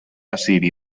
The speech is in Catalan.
assiri